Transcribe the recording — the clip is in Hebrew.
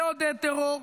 לעודד טרור,